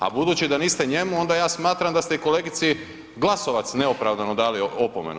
A budući da niste njemu onda ja smatram da ste i kolegici Glasovac neopravdano dali opomenu.